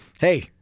hey